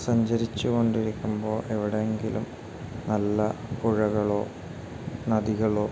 സഞ്ചരിച്ചുകൊണ്ടിരിക്കുമ്പോൾ എവിടെയെങ്കിലും നല്ല പുഴകളോ നദികളോ